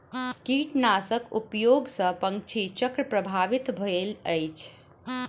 कीटनाशक उपयोग सॅ पंछी चक्र प्रभावित भेल अछि